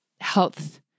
health